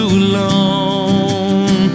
alone